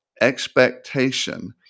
expectation